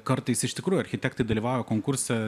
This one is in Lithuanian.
kartais iš tikrųjų architektai dalyvauja konkurse